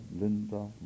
Linda